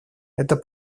это